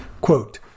Quote